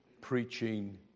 preaching